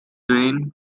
grain